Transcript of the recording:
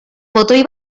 botoi